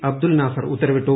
അബ്ദുൾ നാസർ ഉത്തരവിട്ടു